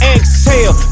Exhale